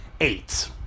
eight